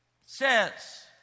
says